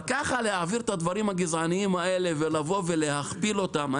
אבל ככה להעביר את הדברים הגזעניים האלה ולהכפיל אותם?